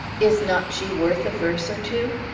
is not she worth a verse or two?